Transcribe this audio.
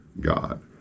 God